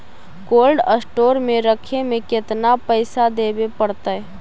Cold store में रखे में केतना पैसा देवे पड़तै है?